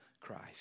Christ